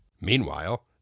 Meanwhile